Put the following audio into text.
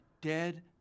dead